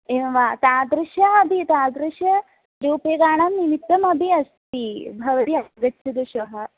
एवं वा तादृशम् अपि तादृशानां रूप्यकाणां निमित्तमपि अस्ति भवती आगच्छतु श्वः